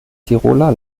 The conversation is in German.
tiroler